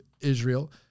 Israel